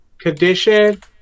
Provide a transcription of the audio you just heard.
condition